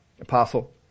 apostle